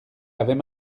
avaient